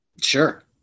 Sure